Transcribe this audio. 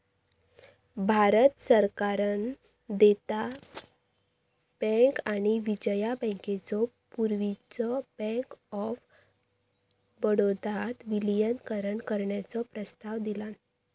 भारत सरकारान देना बँक आणि विजया बँकेचो पूर्वीच्यो बँक ऑफ बडोदात विलीनीकरण करण्याचो प्रस्ताव दिलान